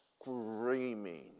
screaming